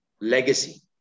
legacy